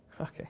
Okay